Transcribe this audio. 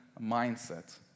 mindset